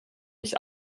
nicht